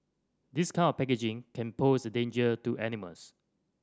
this kind of packaging can pose a danger to animals